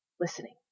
listening